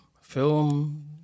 film